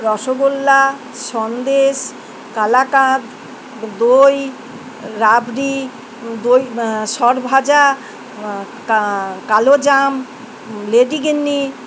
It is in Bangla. রসগোল্লা সন্দেশ কালাকাঁদ দই রাবড়ি দই সরভাজা কালোজাম লেডিকেনি